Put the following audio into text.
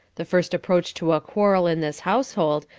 the first approach to a quarrel in this household,